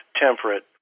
temperate